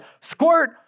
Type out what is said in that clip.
squirt